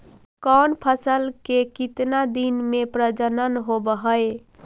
कौन फैसल के कितना दिन मे परजनन होब हय?